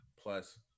plus